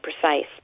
precise